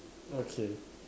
okay